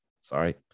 Sorry